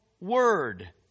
word